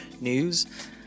news